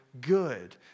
good